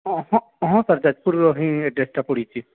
ହଁ ହଁ ହଁ ସାର୍ ଯାଜପୁରରୁ ହିଁ ଏ ଆଡ଼୍ରେସ୍ଟା ପଡ଼ିଛି